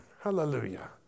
Hallelujah